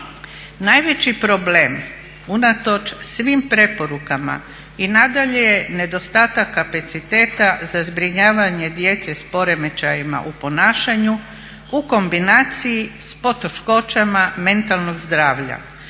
Najveći problem unatoč svim preporukama i nadalje je nedostatak kapaciteta za zbrinjavanje djece sa poremećajima u ponašanju u kombinaciji sa poteškoćama mentalnog zdravlja.